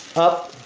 up,